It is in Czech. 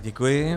Děkuji.